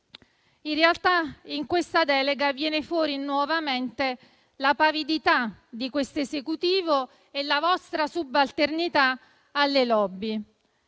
In realtà in questa delega vengono fuori nuovamente la pavidità dell'Esecutivo e la vostra subalternità alle *lobby*.